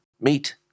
Meet